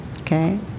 okay